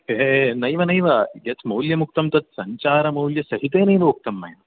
हे हे नैव नैव यत्मौल्यमुक्तं तत् सञ्चारमौल्यसहितेनैव उक्तं मया